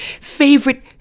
favorite